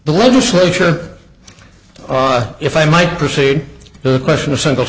the legislature if i might proceed to the question of single